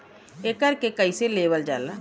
एकरके कईसे लेवल जाला?